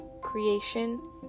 creation